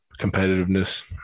competitiveness